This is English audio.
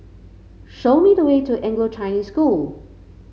show me the way to Anglo Chinese School